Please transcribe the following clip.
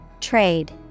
Trade